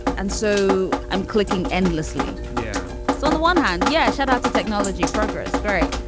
and so i'm clicking endlessly. yeah. so on the one hand yes shout out to technology progress great.